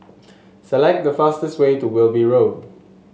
select the fastest way to Wilby Road